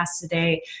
today